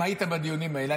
אם היית בדיונים האלה.